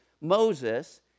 Moses